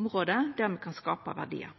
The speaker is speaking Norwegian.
område der me kan skapa verdiar.